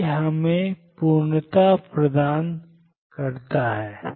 यही हमें पूर्णता प्रदान करता है